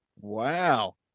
Wow